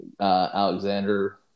Alexander